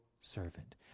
servant